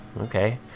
Okay